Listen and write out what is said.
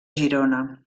girona